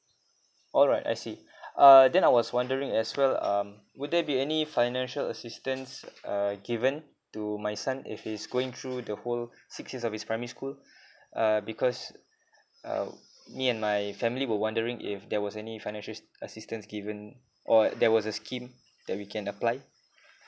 alright I see uh then I was wondering as well um would there be any financial assistance uh given to my son if he's going through the whole six years of his primary school uh because uh me and my family were wondering if there was any financial assistance given or like there was a scheme that we can apply